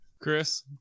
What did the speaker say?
Chris